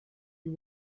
you